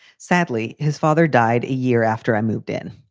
sadly, his father died a year after i moved in.